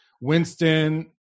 Winston